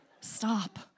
Stop